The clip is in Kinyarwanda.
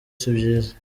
sibyiza